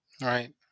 Right